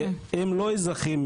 כי הם לא אזרחים,